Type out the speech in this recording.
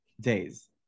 days